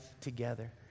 together